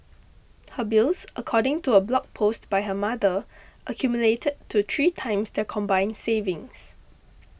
her bills according to a blog post by her mother accumulated to three times their combined savings